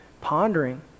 pondering